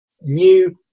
new